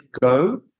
go